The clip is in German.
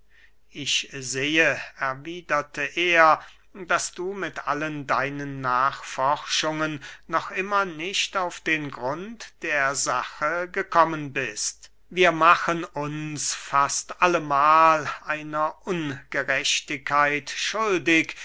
ich sehe erwiederte er daß du mit allen deinen nachforschungen noch immer nicht auf den grund der sache gekommen bist wir machen uns fast allemahl einer ungerechtigkeit schuldig